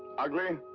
ugly?